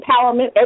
empowerment